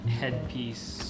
headpiece